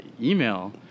email